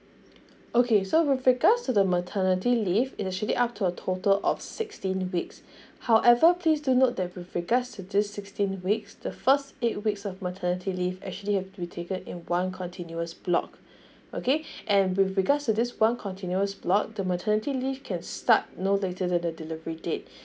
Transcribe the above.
okay so with regards to the maternity leave it actually up to a total of sixteen weeks however please do note that with regards to this sixteen weeks the first eight weeks of maternity leave actually uh will be taken in one continuous block okay and with regards to this one continuous block the maternity leave can start no later than the delivery date